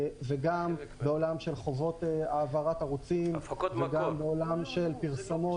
וגם בעולם של חובות העברת הערוצים וגם בעולם של פרסומות.